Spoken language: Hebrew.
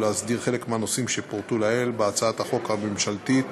ולהסדיר חלק מהנושאים שפורטו לעיל בהצעת החוק הממשלתית